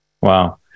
Wow